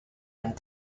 and